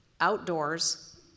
outdoors